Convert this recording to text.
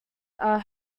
are